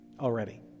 already